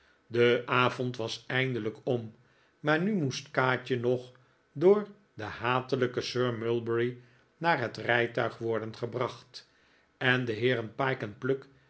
de avond was eindelijk om maar nu moest kaatje nog door den hatelijken sir mulberry naar het rijtuig worden gebracht en de heeren pyke en pluck